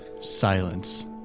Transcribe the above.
Silence